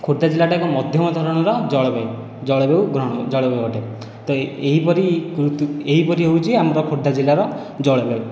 ଖୋର୍ଦ୍ଧା ଜିଲ୍ଲାଟା ଏକ ମଧ୍ୟମ ଧରଣର ଜଳବାୟୁ ଜଳବାୟୁ ଅଟେ ତ ଏହିପରି ଏହିପରି ହେଉଛି ଆମର ଖୋର୍ଦ୍ଧା ଜିଲ୍ଲାର ଜଳବାୟୁ